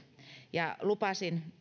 ja lupasin